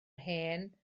hen